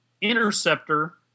Interceptor